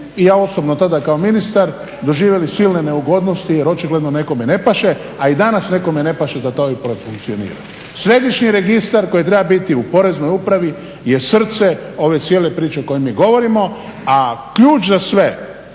i ja osobno tada kao ministar doživjeli silne neugodnosti jer očigledno nekome ne paše, a i danas nekome ne paše da taj OIB profunkcionira. Središnji registar koji treba biti u Poreznoj upravi je srce ove cijele priče o kojoj mi govorimo, a ključ za sve